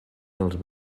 els